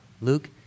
Luke